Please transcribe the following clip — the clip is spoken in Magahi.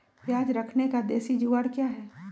प्याज रखने का देसी जुगाड़ क्या है?